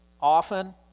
often